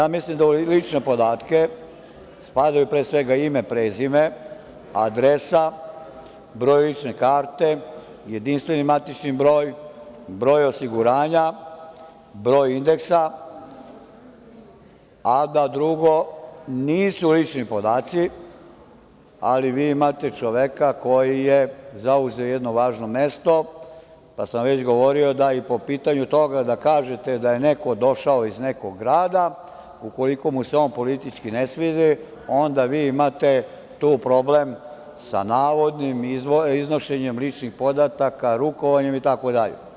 Ja mislim da u lične podatke spadaju pre svega ime i prezime, adresa, broj lične karte, jedinstveni matični broj, broj osiguranja, broj indeksa, a da drugo nisu lični podaci, ali vi imate čoveka koji je zauzeo jedno važno mesto, pa sam već govorio da i po pitanju toga kažete da je neko došao iz nekog grada ukoliko mu se on politički ne sviđa, onda vi imate tu problem sa navodnim iznošenjem ličnih podataka, rukovanjem itd.